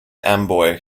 amboy